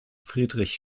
friedrich